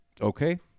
okay